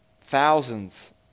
thousands